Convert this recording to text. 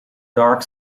dark